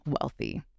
wealthy